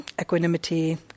equanimity